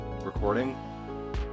recording